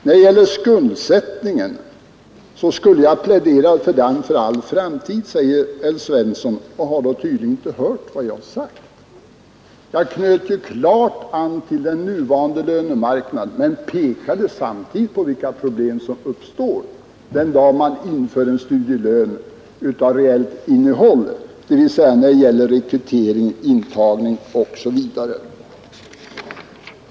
Jag skulle plädera för skuldsättningen för all framtid, sade herr Svensson, som tydligen inte hört vad jag sagt. Jag knöt an till den nuvarande lönemarknaden men pekade samtidigt på vilka problem som uppstår den dag det införs en studielön av reellt innehåll, dvs. sådan att den påverkar rekrytering, intagning osv.